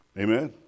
Amen